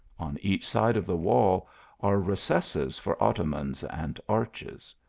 on each slide of the wall are recesses for ottomans and arches.